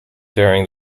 during